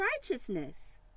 righteousness